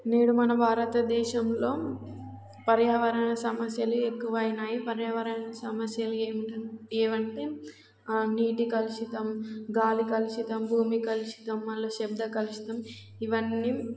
నేడు మన భారతదేశంలో పర్యావరణ సమస్యలు ఎక్కువైనాయి పర్యావరణ సమస్యలు ఏమిట ఏవంటే నీటి కలుషితం గాలి కలుషితం భూమి కలుషితం మళ్ళీ శబ్ద కలుషితం ఇవన్నీ